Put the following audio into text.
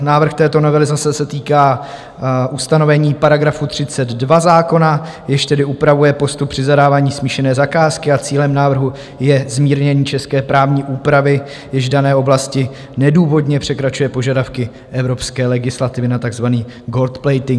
Návrh této novely se týká ustanovení § 32 zákona, jež upravuje postup při zadávání smíšené zakázky, a cílem návrhu je zmírnění české právní úpravy, jež v dané oblasti nedůvodně překračuje požadavky evropské legislativy na takzvaný goldplating.